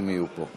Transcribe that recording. אם יהיו פה.